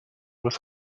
was